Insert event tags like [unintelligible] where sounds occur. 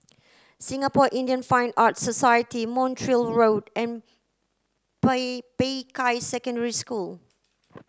Singapore Indian Fine Arts Society Montreal Road and [unintelligible] Peicai Secondary School